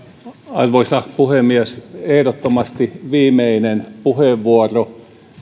arvoisa puhemies ehdottomasti viimeinen puheenvuoro